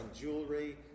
jewelry